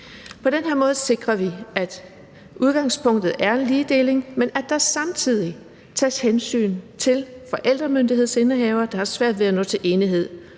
På den her måde sikrer vi, at udgangspunktet er ligedeling, men at der samtidig tages hensyn til forældremyndighedsindehavere, der har svært ved at nå til enighed.